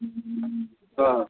অ